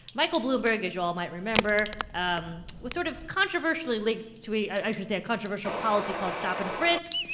michael bloomberg, as you all might remember, um was sort of controversially linked to a i should say controversial policy called stop and frisk.